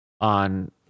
on